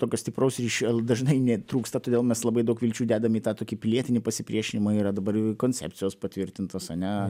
tokio stiprus ryšio l dažnai netrūksta todėl mes labai daug vilčių dedam į tą tokį pilietinį pasipriešinimą yra dabar jau i koncepcijos patvirtintos ane